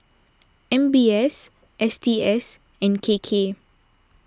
M B S S T S and K K